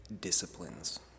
disciplines